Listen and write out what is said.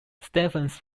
stephens